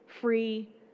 free